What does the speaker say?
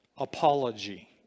apology